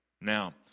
Now